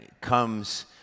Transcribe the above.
comes